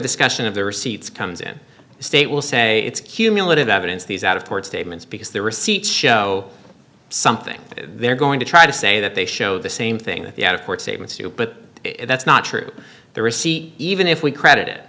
discussion of the receipts comes in the state will say it's cumulative evidence these out of court statements because their receipts show something they're going to try to say that they show the same thing that the out of court statements you but that's not true the receipt even if we credit